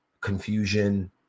confusion